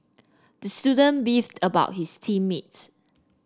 the student beefed about his team mates